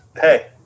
Hey